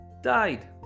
died